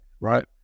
right